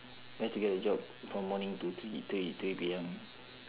where to get a job from morning to three three three P_M